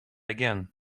again